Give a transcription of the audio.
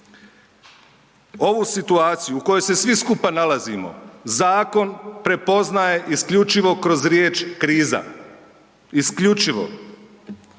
Ovu situaciju u kojoj se svi skupa nalazimo zakon prepoznaje isključivo kroz riječ „kriza“, isključivo.